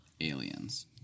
aliens